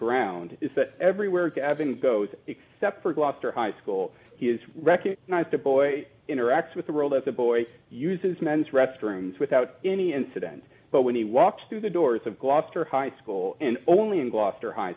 that everywhere gavin goes except for gloucester high school he is recognized the boy interacts with the world as a boy uses men's restrooms without any incident but when he walks through the doors of gloucester high school and only in gloucester high